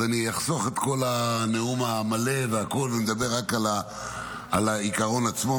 אני אחסוך את כל הנאום המלא ואדבר רק על העיקרון עצמו.